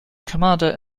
commander